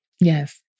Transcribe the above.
Yes